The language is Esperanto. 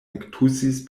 ektusis